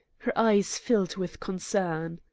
her eyes filled with concern.